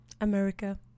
America